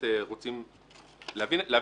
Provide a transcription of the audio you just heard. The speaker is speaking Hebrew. ההשלכות,